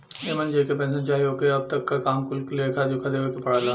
एमन जेके पेन्सन चाही ओके अब तक क काम क कुल लेखा जोखा देवे के पड़ला